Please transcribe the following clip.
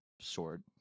sword